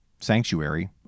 sanctuary